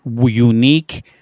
unique